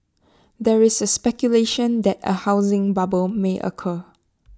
there is speculation that A housing bubble may occur